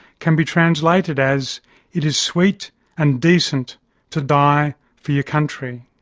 can be translated as it is sweet and decent to die for your country.